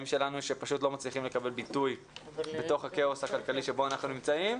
שלנו שפשוט לא מצליחים לקבל ביטוי בתוך הכאוס הכלכלי שבו אנחנו נמצאים.